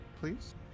Please